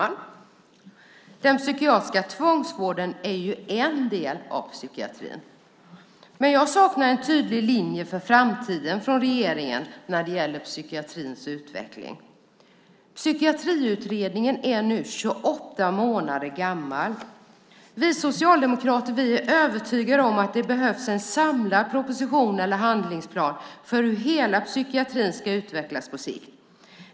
Fru talman! Den psykiatriska tvångsvården är en del av psykiatrin. Men jag saknar en tydlig linje för framtiden från regeringen när det gäller psykiatrins utveckling. Psykiatriutredningen är nu 28 månader gammal. Vi socialdemokrater är övertygade om att det behövs en samlad proposition eller handlingsplan för hur hela psykiatrin ska utvecklas på sikt.